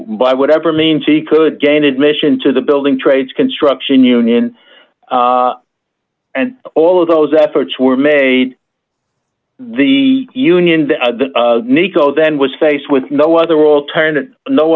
by whatever means he could gain admission to the building trades construction union and all of those efforts were made the union that nikko then was faced with no other alternative no